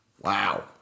Wow